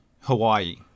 Hawaii